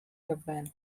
cavan